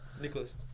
Nicholas